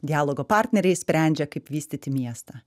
dialogo partneriai sprendžia kaip vystyti miestą